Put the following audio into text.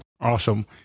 Awesome